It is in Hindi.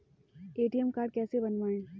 ए.टी.एम कार्ड कैसे बनवाएँ?